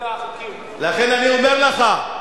לכן אני אומר לך,